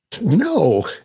no